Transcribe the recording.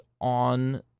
on